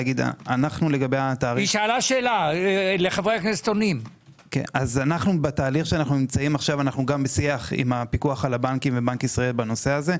אנחנו בתהליך כעת גם בשיח עם הפיקוח על הבנקים ובנק ישראל בעניין הזה.